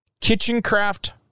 Kitchencraft